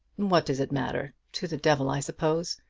what does it matter? to the devil, i suppose.